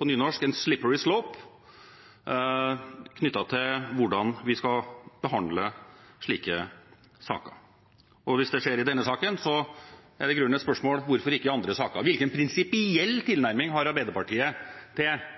en «slippery slope» knyttet til hvordan vi skal behandle slike saker. Hvis det skjer i denne saken, er det i grunnen et spørsmål om hvorfor det ikke skal skje i andre saker. Hvilken prinsipiell tilnærming har Arbeiderpartiet til